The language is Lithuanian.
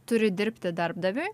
turi dirbti darbdaviui